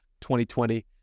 2020